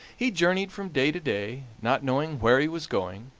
he journeyed from day to day, not knowing where he was going,